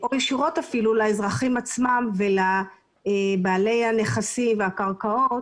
או ישירות אפילו לאזרחים עצמם ולבעלי הנכסים והקרקעות